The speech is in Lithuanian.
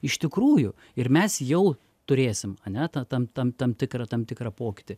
iš tikrųjų ir mes jau turėsim ane tą tam tam tam tikrą tam tikrą pokytį